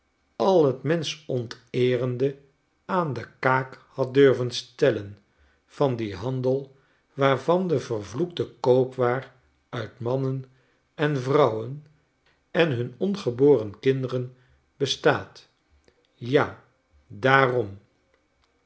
al het menschonteerende aan dekaakhad durven stellen van dien handel waarvan de vervloekte koopwaar uit mannen en vrouwen enhunongeboren kinderen bestaat ja daarom